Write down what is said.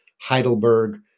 Heidelberg